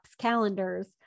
calendars